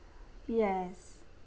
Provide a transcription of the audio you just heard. yes